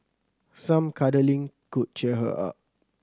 some cuddling could cheer her up